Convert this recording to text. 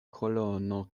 kolono